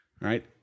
right